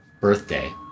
birthday